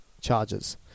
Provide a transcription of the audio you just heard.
charges